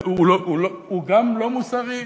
הוא גם לא מוסרי,